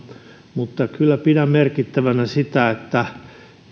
mutta kyllä pidän merkittävänä sitä että